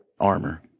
armor